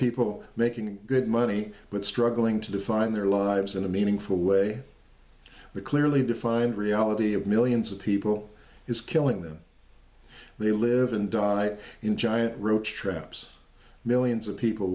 people making good money but struggling to define their lives in a meaningful way but clearly defined reality of millions of people is killing them they live and die in giant roach traps millions of people